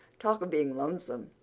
talk of being lonesome!